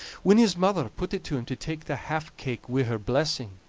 when his mother put it to him to take the half-cake wi' her blessing,